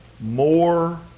more